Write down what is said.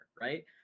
right